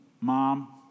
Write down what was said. Mom